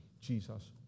Jesus